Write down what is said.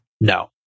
No